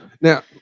Now